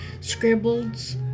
scribbles